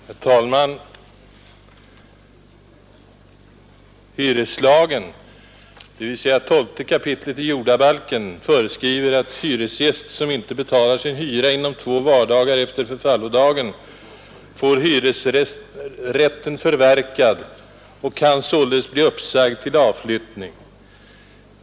Herr talman! Hyreslagen, dvs. 12 kap. jordabalken, föreskriver att hyresgäst som inte betalar sin hyra inom två vardagar efter förfallodagen får hyresrätten förverkad och kan således bli uppsagd till avflyttning.